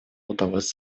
удалось